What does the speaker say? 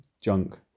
junk